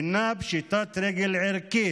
הינה פשיטת רגל ערכית,